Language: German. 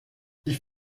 ich